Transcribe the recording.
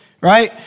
right